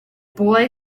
boy